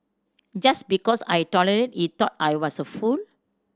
just because I tolerated he thought I was a fool